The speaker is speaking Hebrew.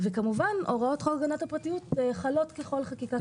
כמובן הוראות חוק הגנת הפרטיות חלות ככל חקיקה.